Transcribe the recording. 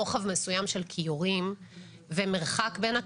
רוחב מסוים של כיורים ומרחק בין הכיורים,